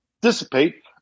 dissipate